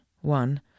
One